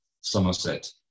Somerset